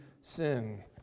sin